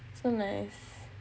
so nice